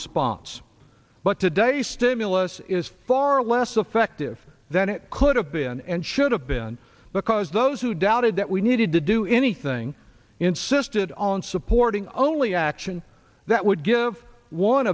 response yes but today stimulus is far less effective than it could have been and should have been because those who doubted that we needed to do anything insisted on supporting only action that would give one